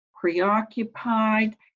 preoccupied